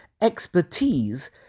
expertise